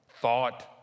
thought